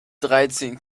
dreizehn